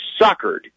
suckered